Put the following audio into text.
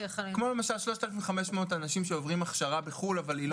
כמו למשל 3,500 אנשים שעוברים הכשרה בחו"ל אבל היא לא